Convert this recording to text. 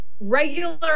regular